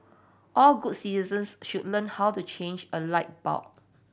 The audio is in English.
all good citizens should learn how to change a light bulb